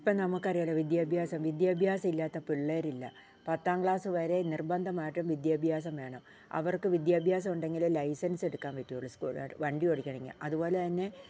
ഇപ്പം നമുക്ക് അറിയാമല്ലോ വിദ്യാഭ്യാസം വിദ്യാഭ്യാസം ഇല്ലാത്ത പിള്ളേർ ഇല്ല പത്താം ക്ലാസ് വരെ നിർബന്ധമായിട്ടും വിദ്യാഭ്യാസം വേണം അവർക്ക് വിദ്യാഭ്യാസം ഉണ്ടെങ്കിൽ ലൈസൻസ് എടുക്കാൻ പറ്റുകയുള്ളൂ വണ്ടി ഓടിക്കണമെങ്കിൽ അതുപോലെ തന്നെ